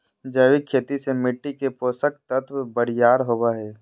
जैविक खेती से मिट्टी के पोषक तत्व बरियार होवो हय